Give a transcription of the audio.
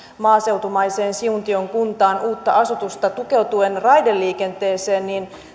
maaseutumaiseen siuntion kuntaan uutta asutusta tukeutuen raideliikenteeseen